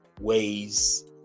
ways